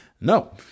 No